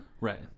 Right